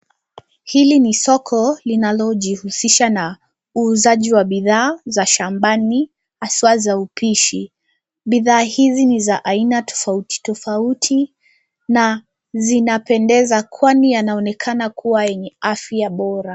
Hili ni soko linalojihusisha na uuzaji wa bidhaa za shambani haswaa za upishi, bidhaa hizi ni za aina tofautitofauti na zinapendeza kwani yanaonekana kuwa yenye afya bora.